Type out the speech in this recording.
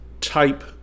type